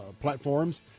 platforms